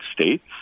states